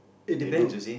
you lose